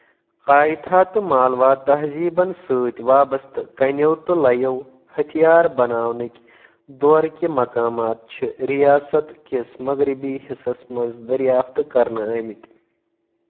كایتھا تہٕ مالوا تہزیبن سۭتۍ وابسطہٕ كَنِوِ تہٕ لویِوِ ہتیار بناونٕكۍ دورٕكہِ مقامات چھِ رِیاست كِس مغربی حِصس منز دریافتہٕ كرنہٕ آمٕتۍ